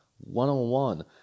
one-on-one